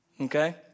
Okay